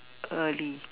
early